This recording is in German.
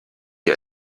ihr